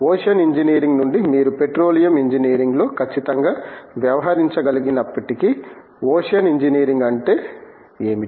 ocean engineering నుండి మీరు petroleum ఇంజనీరింగ్లో ఖచ్చితంగా వ్యవహరించగలిగినప్పటికీ ఓషన్ ఇంజనీరింగ్ అంటే ఏమిటి